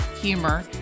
humor